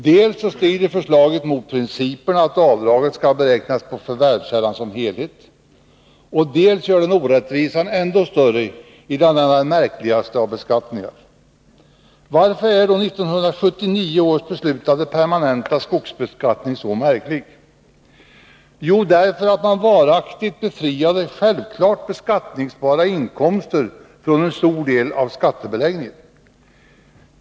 Dels strider förslaget mot principerna att avdraget skall beräknas på förvärvskällan som helhet, dels gör det orättvisan ännu större i denna den märkligaste av beskattningar. Varför är då den år 1979 beslutade permanenta skogsbeskattningen så märklig? Jo, därför att man varaktigt befriade självfallet beskattningsbara inkomster från en stor del av skattebeläggningen.